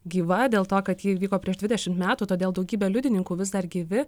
gyva dėl to kad ji įvyko prieš dvidešimt metų todėl daugybė liudininkų vis dar gyvi